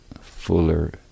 fuller